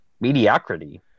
mediocrity